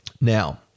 Now